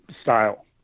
style